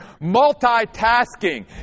multitasking